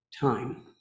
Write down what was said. time